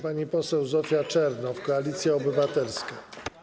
Pani poseł Zofia Czernow, Koalicja Obywatelska.